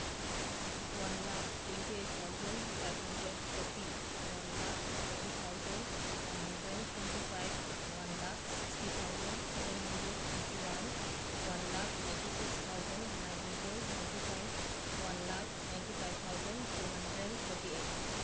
one lakh twenty eight thousand five hundred forty one lakh thirty thousand one hundred twenty five one lakh sixty thousand seven hundred eighty one one lakh eighty six thousand nine hundred ninety five one lakh ninety five thousand two hundred forty eight